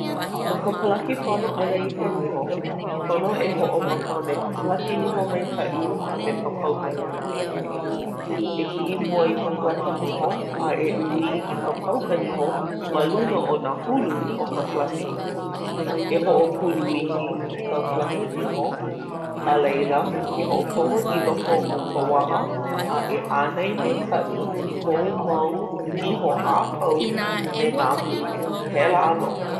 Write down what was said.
No ka palaki pono ʻana i ka niho, pono e hoʻomaka me ka palaki niho maikaʻi a me ka pauka niho maikaʻi. E kiʻi mua i ka palaki niho a e ʻuwī i ka pauka niho ma luna o nā hulu o ka palaki niho. E hoʻopulu iki i ka palaki niho. A leila, e hoʻokomo i loko o ka waha a ʻānai maikaʻi i kou mau niho a pau me nā hulu. Pēlā nō.